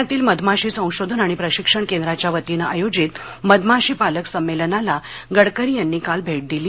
पुण्यातील मधमाशी संशोधन आणि प्रशिक्षण केंद्राच्या वतीनं आयोजित मधमाशी पालक संमेलनाला गडकरी यांनी काल भेट दिली